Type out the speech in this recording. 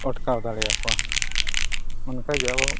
ᱟᱴᱠᱟᱣ ᱫᱟᱲᱮ ᱟᱠᱚᱣᱟ ᱚᱱᱠᱟᱜᱮ ᱟᱵᱚ